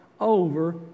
over